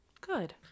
Good